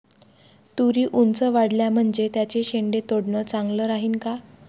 तुरी ऊंच वाढल्या म्हनजे त्याचे शेंडे तोडनं चांगलं राहीन का?